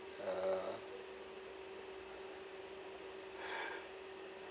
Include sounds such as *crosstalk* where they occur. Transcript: uh *laughs*